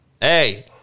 Hey